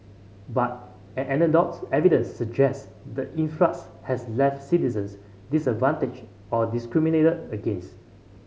but anecdotal evidence suggests the influx has left citizens disadvantaged or discriminated against